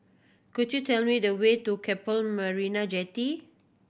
could you tell me the way to Keppel Marina Jetty